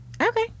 Okay